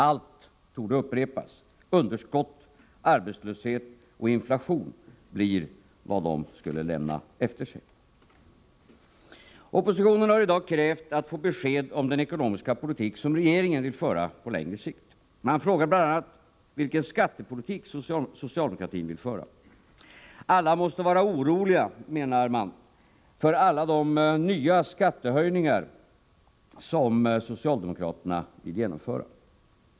Allt torde upprepas: underskott, arbetslöshet och inflation blir vad de skulle lämna efter sig. Oppositionen har i dag krävt att få besked om den ekonomiska politik som regeringen vill föra på längre sikt. Man frågar bl.a. vilken skattepolitik socialdemokratin vill föra. Alla måste vara oroliga, menar man, för alla de nya skattehöjningar som socialdemokraterna vill genomföra.